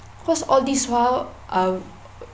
because all this while I